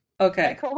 Okay